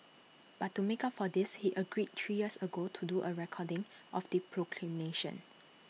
but to make up for this he agreed three years ago to do A recording of the proclamation